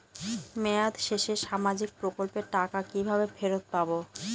মেয়াদ শেষে সামাজিক প্রকল্পের টাকা কিভাবে ফেরত পাবো?